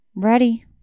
ready